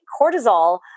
cortisol